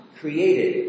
created